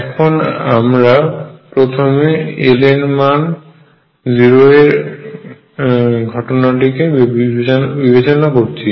এখন আমরা প্রথমে l এর মান 0 এর ঘটনাটিকে বিবেচনা করছি